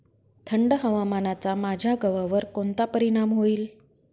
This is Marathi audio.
थंड हवामानाचा माझ्या गव्हावर कोणता परिणाम होईल?